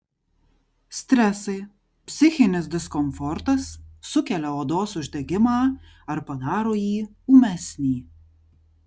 stresai psichinis diskomfortas sukelia odos uždegimą ar padaro jį ūmesnį